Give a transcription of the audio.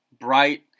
bright